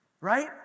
Right